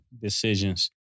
decisions